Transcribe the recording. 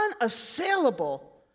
unassailable